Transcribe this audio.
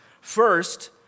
First